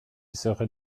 serait